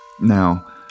Now